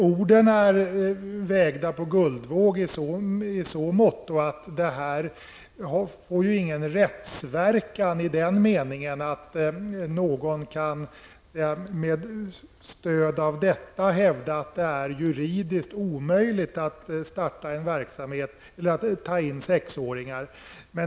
Orden är vägda på guldvåg i så måtto att det här inte får någon rättsverkan i den meningen att någon, med stöd av detta, kan hävda att det är juridiskt omöjligt att ta in sexåringar.